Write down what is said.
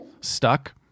stuck